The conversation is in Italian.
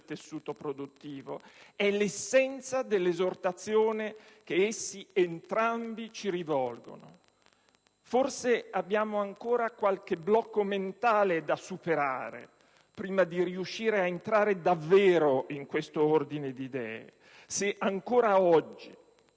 tessuto produttivo» è l'essenza dell'esortazione che entrambi ci rivolgono. Forse abbiamo ancora qualche blocco mentale da superare, prima di riuscire a entrare davvero in questo ordine di idee, se ancora oggi,